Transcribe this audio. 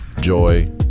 joy